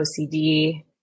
OCD